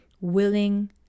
willing